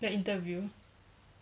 the interview